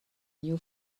new